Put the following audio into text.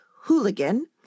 hooligan